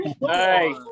Hey